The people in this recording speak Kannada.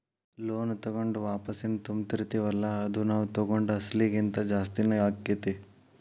ಲೋನ್ ತಗೊಂಡು ವಾಪಸೆನ್ ತುಂಬ್ತಿರ್ತಿವಲ್ಲಾ ಅದು ನಾವ್ ತಗೊಂಡ್ ಅಸ್ಲಿಗಿಂತಾ ಜಾಸ್ತಿನ ಆಕ್ಕೇತಿ